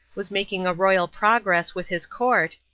was making a royal progress with his court,